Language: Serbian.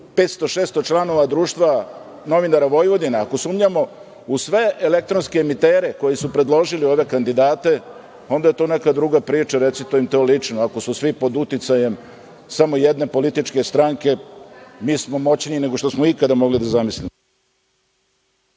500, 600 članova Društva novinara Vojvodine, ako sumnjamo u sve elektronske emitere koji su predložili ove kandidate, onda je to neka druga priča, recite im to lično. Ako su svi pod uticajem samo jedne političke stranke, mi smo moćniji nego što smo ikada mogli da zamislimo.